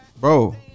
Bro